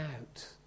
out